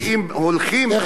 ואם הולכים,